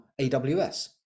AWS